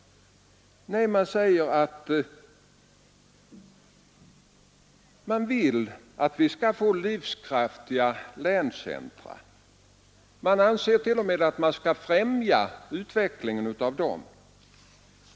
Nej, man säger att man vill ha livskraftiga länscentra, och man anser t.o.m. att vi skall främja utvecklingen av sådana.